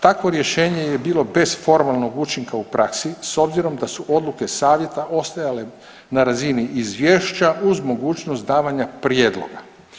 Takvo rješenje je bilo bez formalnog učinka u praksi s obzirom da su odluke savjeta ostajale na razini izvješća uz mogućnost davanja prijedloga.